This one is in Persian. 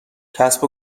کسب